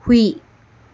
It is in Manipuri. ꯍꯨꯏ